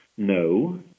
No